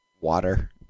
Water